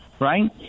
Right